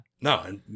No